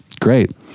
Great